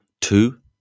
two